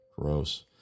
Gross